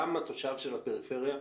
גם התושב של הפריפריה,